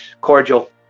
Cordial